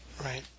Right